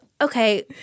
Okay